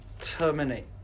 terminate